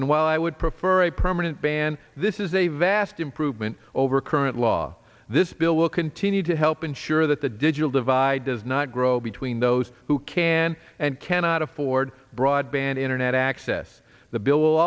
and while i would prefer a permanent ban this is a vast improvement over current law this bill will continue to help ensure that the digital divide does not grow between those who can and cannot afford broadband internet access the bill